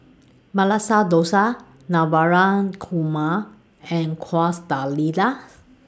Masala Dosa Navratan Korma and Quesadillas